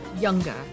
Younger